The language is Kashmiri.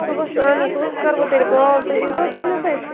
صُبحَس اہن حظ صُبحَس کَر بہٕ تیٚلہِ کال تُہۍ ییٖوٕ حظ تیٚلہِ مےٚ سۭتۍ